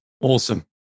Awesome